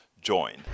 join